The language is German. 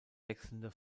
wechselnde